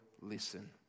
listen